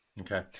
Okay